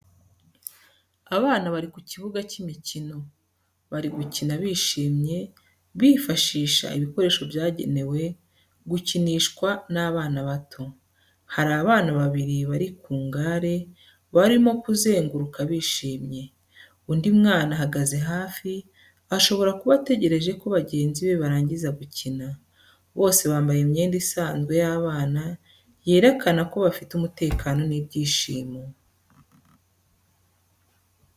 Abana bari mu kibuga cy’imikino, bari gukina bishimye, bifashisha ibikoresho byagenewe gukinishwa n’abana bato. Hari abana babiri bari ku ngare, barimo kuzenguruka bishimye. Undi mwana ahagaze hafi, ashobora kuba ategereje ko bagenzi be barangiza gukina. Bose bambaye imyenda isanzwe y’abana, yerekana ko bafite umutekano n’ibyishimo.